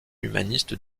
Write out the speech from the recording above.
humaniste